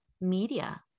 media